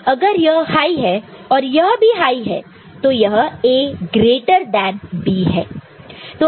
अगर यह हाइ है और यह भी हाइ है तो यह A ग्रेटर देन B है